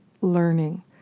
learning